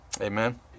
Amen